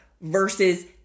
versus